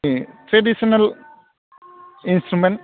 Om traditional instrument